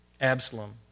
Absalom